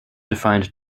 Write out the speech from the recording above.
defined